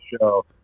show